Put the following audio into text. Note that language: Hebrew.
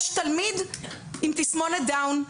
יש תלמיד עם תסמונת דאון.